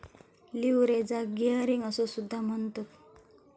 लीव्हरेजाक गियरिंग असो सुद्धा म्हणतत